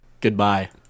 Goodbye